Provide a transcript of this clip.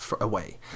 away